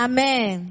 Amen